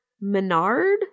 Menard